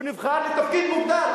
הוא נבחר לתפקיד מוגדר.